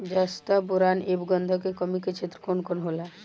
जस्ता बोरान ऐब गंधक के कमी के क्षेत्र कौन कौनहोला?